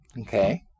Okay